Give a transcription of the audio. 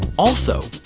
also,